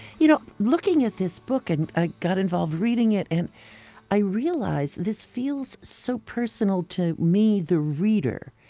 you know looking at this book, and i got involved reading it. and i realized this feels so personal to me, the reader.